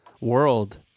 world